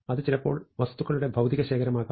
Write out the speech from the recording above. അത് ചിലപ്പോൾ വസ്തുക്കളുടെ ഭൌതിക ശേഖരമാകാം